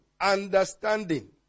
understanding